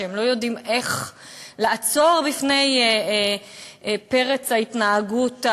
שהם לא יודעים איך לעצור את פרץ ההתנהגות,